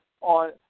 on